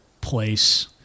place